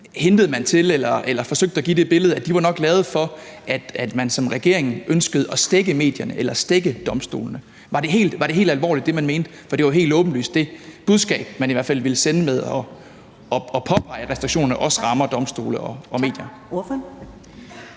og medierne, og forsøgte at give et billede af, at de nok var lavet, fordi man som regering ønskede at stække medierne eller stække domstolene. Var det helt alvorligt det, man mente? For det var i hvert fald helt åbenlyst det budskab, man ville sende med at påpege, at restriktionerne også rammer domstole og medier.